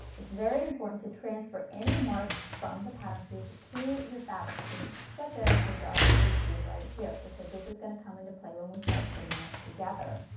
it's very important to transfer any marks from the pattern piece to your fabric piece. such as the dart that you see right here because this is going to come into play when we start putting it together.